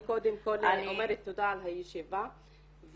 אני קודם כל אומרת תודה על הישיבה ואומרת